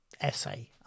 essay